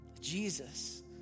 Jesus